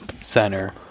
center